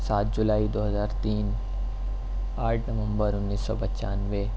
سات جولائی دو ہزار تین آٹھ نومبر انیس سو پنچانوے